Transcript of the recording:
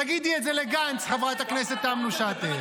תגידי את זה לגנץ, חברת הכנסת תמנו שטה.